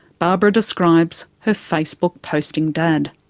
barbara describes her facebook-posting dad.